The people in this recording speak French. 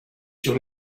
sur